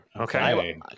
Okay